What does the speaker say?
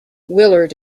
willard